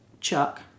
Chuck